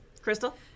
Crystal